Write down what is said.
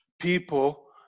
people